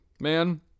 man